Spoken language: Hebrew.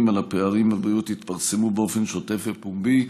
על הפערים בבריאות יתפרסמו באופן שוטף ופומבי,